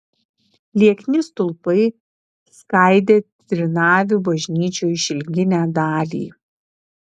liekni stulpai skaidė trinavių bažnyčių išilginę dalį